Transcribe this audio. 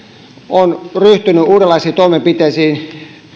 on ryhtynyt uudenlaisiin toimenpiteisiin